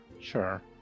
sure